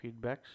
feedbacks